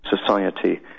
society